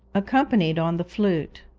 accompanied on the flute.